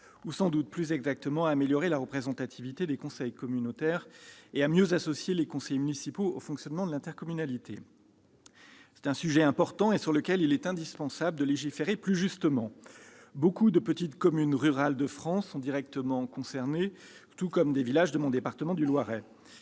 ou, sans doute plus exactement, à améliorer la représentativité des conseils communautaires et à mieux associer les conseillers municipaux au fonctionnement de l'intercommunalité. C'est un sujet important, sur lequel il est indispensable de légiférer plus justement. Beaucoup de petites communes rurales de France sont directement concernées, à l'instar de villages de mon département du Loiret.